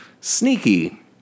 sneaky